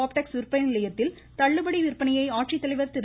ஆப்டெக்ஸ் விற்பனை நிலையத்தில் தள்ளுபடி விற்பனையை ஆட்சித்தலைவர் திரு